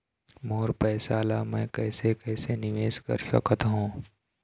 मोर पैसा ला मैं कैसे कैसे निवेश कर सकत हो?